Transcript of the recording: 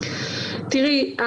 תראי,